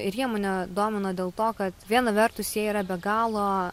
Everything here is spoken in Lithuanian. ir jie mane domina dėl to kad viena vertus jie yra be galo